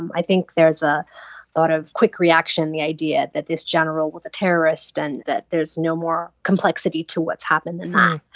i think there's a lot of quick reaction, the idea that this general was a terrorist and that there's no more complexity to what's happened than that.